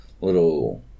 little